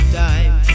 time